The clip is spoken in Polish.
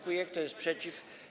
Kto jest przeciw?